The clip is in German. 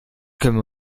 können